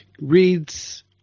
reads